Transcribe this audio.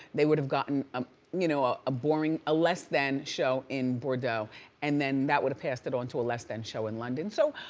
they would've gotten um you know a boring, ah less than show in bordeaux and then that would've passed it onto a less than show in london. so,